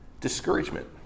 discouragement